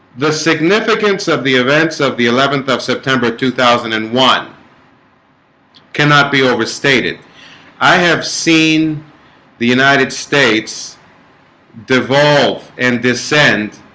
the significance of the events of the eleventh of september two thousand and one cannot be overstated i have seen the united states devolve and descent